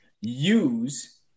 use